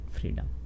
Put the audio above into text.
freedom